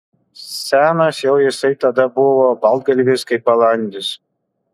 senas jau jisai tada buvo baltgalvis kaip balandis